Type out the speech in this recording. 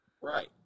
Right